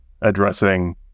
addressing